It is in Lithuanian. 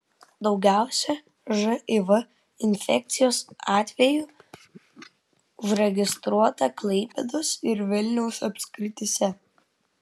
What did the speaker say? daugiausiai živ infekcijos atvejų užregistruota klaipėdos ir vilniaus apskrityse